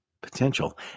potential